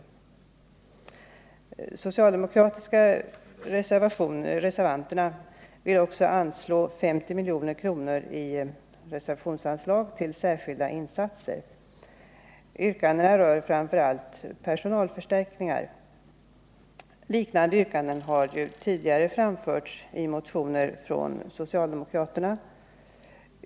De socialdemokratiska reservanterna vill också anslå 50 milj.kr. i reservationsanslag till särskilda insatser. Yrkandet avser framför allt personalförstärkningar. Liknande yrkanden har tidigare framförts i motioner från socialdemokraterna.